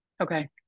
Okay